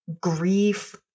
grief